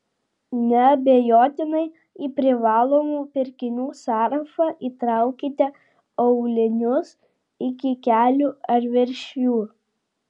neabejotinai į privalomų pirkinių sąrašą įtraukite aulinius iki kelių ar virš jų